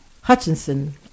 Hutchinson